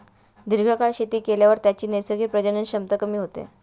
दीर्घकाळ शेती केल्यावर त्याची नैसर्गिक प्रजनन क्षमता कमी होते